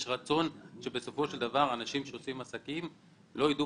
יש רצון שאנשים שעושים עסקים לא ידעו